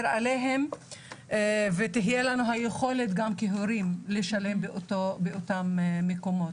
עליהם ותהיה לנו היכולת גם כהורים לשלם באותם מקומות.